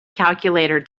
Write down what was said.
calculator